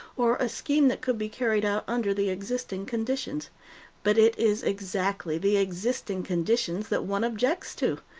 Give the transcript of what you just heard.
or a scheme that could be carried out under the existing conditions but it is exactly the existing conditions that one objects to,